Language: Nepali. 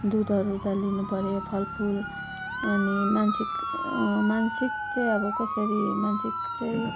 दुधहरू त लिनु पर्यो फलफुल अनि मानसिक मानसिक चाहिँ अब कसरी मानसिक चाहिँ